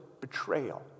betrayal